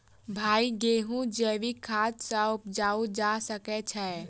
भाई गेंहूँ जैविक खाद सँ उपजाल जा सकै छैय?